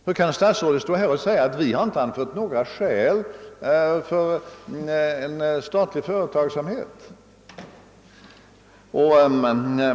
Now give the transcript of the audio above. Hur kan statsrådet stå här och säga att vi inte anfört några skäl för en statlig företagsamhet?